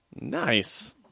Nice